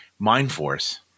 MindForce